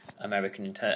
American